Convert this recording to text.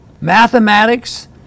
mathematics